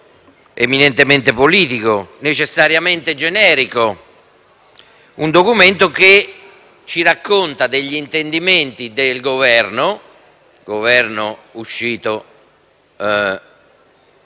eminentemente politico e necessariamente generico. Questo documento ci racconta degli intendimenti del Governo uscito